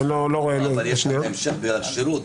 אבל יש בהמשך בעניין הכשירות.